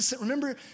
Remember